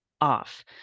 off